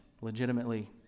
Legitimately